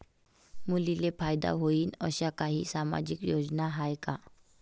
मुलींले फायदा होईन अशा काही सामाजिक योजना हाय का?